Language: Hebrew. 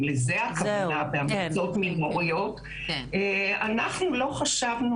אם לזה הכוונה בהמלצות מינוריות: אנחנו לא חשבנו